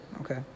Okay